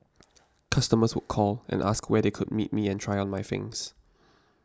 customers would call and ask where they could meet me and try on my things